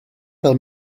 fel